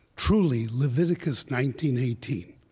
truly, leviticus nineteen eighteen,